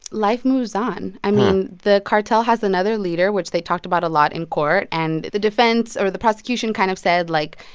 life moves on. i mean, the cartel has another leader, which they talked about a lot in court. and the defense or the prosecution kind of said, like,